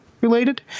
Related